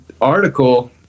article